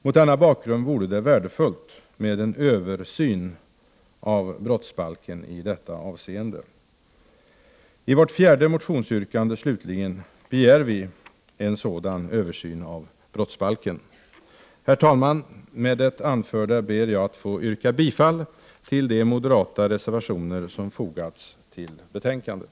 Mot denna bakgrund vore det värdefullt med en översyn av brottsbalken i detta avseende. I vårt fjärde motionsyrkande, slutligen, begär vi en sådan översyn av brottsbalken. Herr talman! Med det anförda ber jag att få yrka bifall till de moderata reservationer som fogats till betänkandet.